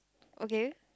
okay